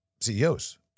CEOs